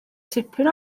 tipyn